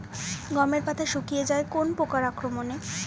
গমের পাতা শুকিয়ে যায় কোন পোকার আক্রমনে?